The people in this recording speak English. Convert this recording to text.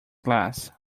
glass